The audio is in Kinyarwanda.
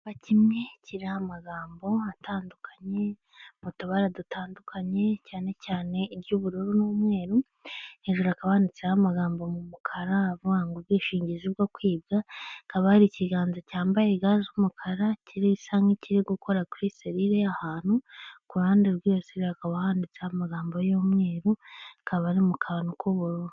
Icyumba kimwe kiriho amagambo atandukanye mu tubara dutandukanye cyane cyane iry'ubururu n'umweru, hejuru hakaba handitseho amagambo mu mukara avuga ngo "ubwishingizi bwo kwiga," akaba ari ikiganza cyambaye ga z'umukara gisa nk'ikiri gikora kuri serire y'ahantu, ku ruhande rw'iyo serire hakaba handitse amagambo y'umweru akaba ari mu kantu k'ubururu.